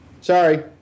sorry